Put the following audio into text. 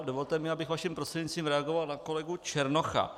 Dovolte mi, abych vaším prostřednictvím reagoval na kolegu Černocha.